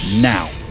now